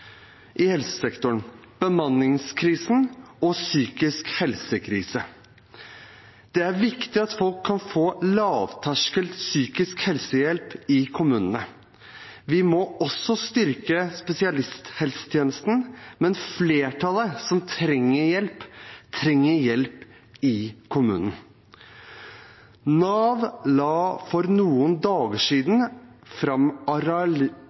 i helsesektoren: bemanningskrise og psykisk helse-krise. Det er viktig at folk kan få lavterskel psykisk helsehjelp i kommunene. Vi må også styrke spesialisthelsetjenesten, men flertallet som trenger hjelp, trenger hjelp i kommunen. Nav la for noen dager siden fram